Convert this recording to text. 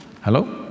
Hello